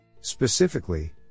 specifically